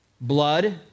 blood